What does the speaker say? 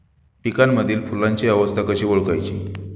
पिकांमधील फुलांची अवस्था कशी ओळखायची?